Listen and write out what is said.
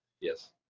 Yes